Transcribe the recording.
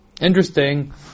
Interesting